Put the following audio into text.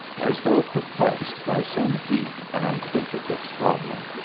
as though perplexed by some deep and intricate problem.